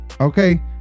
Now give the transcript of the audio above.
Okay